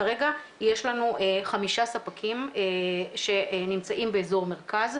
כרגע יש לנו חמישה ספקים שנמצאים באזור המרכז,